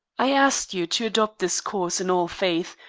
i ask you to adopt this course in all faith.